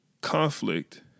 conflict